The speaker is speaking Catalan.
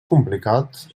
complicat